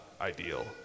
ideal